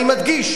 אני מדגיש,